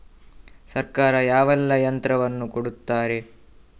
ಸರ್ಕಾರ ಯಾವೆಲ್ಲಾ ಯಂತ್ರವನ್ನು ಕೊಡುತ್ತಾರೆ?